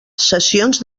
cessions